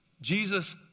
Jesus